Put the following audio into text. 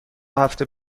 هفته